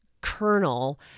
kernel